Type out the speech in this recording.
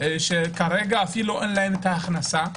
שכרגע אין להן אפילו ההכנסה,